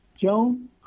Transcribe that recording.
Joan